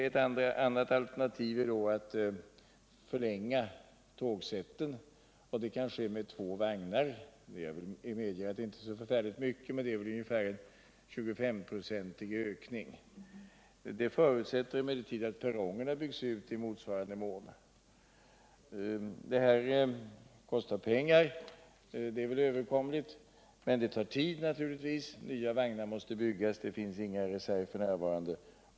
Ett annat alternativ är då att förlänga tågsätten, och det kan ske med två vagnar. Jag medger att det inte är så mycket, men det innebär väl ungefär en 25-procentig ökning. Det förutsätter emellertid att perrongerna byggs ut i motsvarande mån. Det kostar pengar — det är väl överkomligt — men det tar också tid. Nya vagnar måste byggas — det finns inga i reserv f. n.